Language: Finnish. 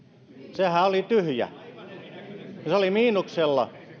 sehän oli tyhjä ja se oli miinuksella